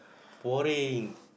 boring